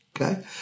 okay